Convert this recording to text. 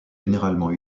généralement